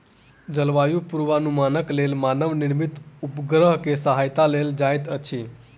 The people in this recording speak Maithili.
जलवायु पूर्वानुमानक लेल मानव निर्मित उपग्रह के सहायता लेल जाइत अछि